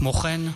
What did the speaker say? כמו כן,